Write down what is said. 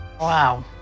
Wow